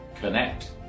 connect